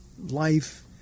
life